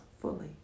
fully